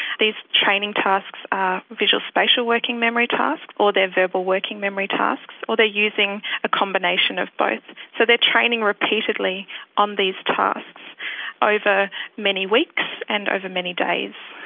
these training tasks are visual spatial working memory tasks or they are verbal working memory tasks or they are using a combination of both. so they are training repeatedly on these tasks over many weeks and over many days.